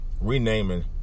renaming